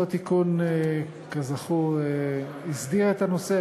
אותו תיקון, כזכור, הסדיר את הנושא.